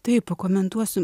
taip pakomentuosiu